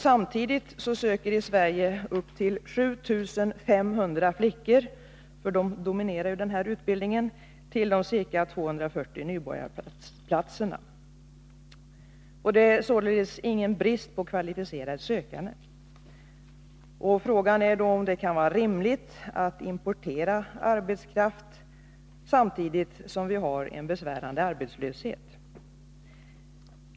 Samtidigt söker i Sverige upp till 7 500 flickor — de dominerar denna utbildning -— till de vid varje ansökningstillfälle ca 240 nybörjarplatserna. Det är således ingen brist på kvalificerade sökande. Frågan är då om det kan vara rimligt att importera arbetskraft samtidigt som vi har en besvärande arbetslöshet.